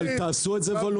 אבל תעשו את זה וולונטרי.